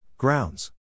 Grounds